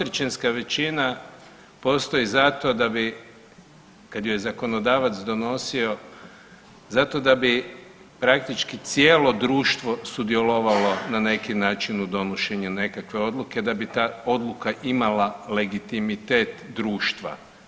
3 većina postoji zato da bi kad je zakonodavac donosio zato da bi praktički cijelo društvo sudjelovalo na neki način u donošenju nekakve odluke da bi ta odluka imala legitimitet društva.